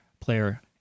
player